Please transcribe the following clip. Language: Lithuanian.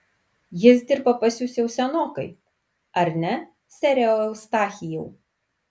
jis dirba pas jus jau senokai ar ne sere eustachijau